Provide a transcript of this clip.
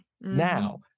now